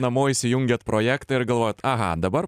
namo įsijungiat projektą ir galvojat aha dabar